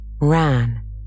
ran